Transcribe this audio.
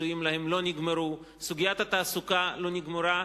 הפיצויים להם, לא נגמרה, סוגיית התעסוקה לא נגמרה,